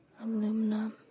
aluminum